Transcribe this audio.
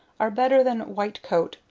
are better than white coat,